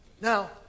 Now